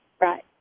Right